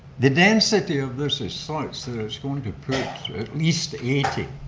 the density of this is so that is going to put at least eighty